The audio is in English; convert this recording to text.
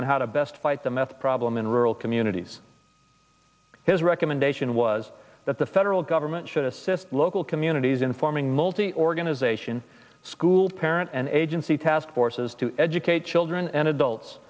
on how to best fight the meth problem in rural communities his recommendation was that the federal government should assist local communities in forming multi organization school parent and agency task forces to educate children and adults